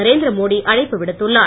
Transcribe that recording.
நரேந்திர மோடி அழைப்பு விடுத்துள்ளார்